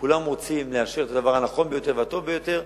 כולם רוצים לאשר את הדבר הנכון ביותר והטוב ביותר,